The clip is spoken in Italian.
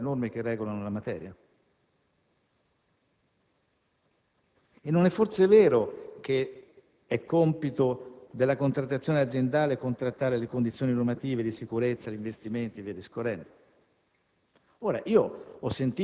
così come previsto dalle norme che regolano la materia? E non è forse vero che è compito della contrattazione aziendale lo stabilire il rispetto delle condizioni normative di sicurezza, gli investimenti e via discorrendo?